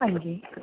ਹਾਂਜੀ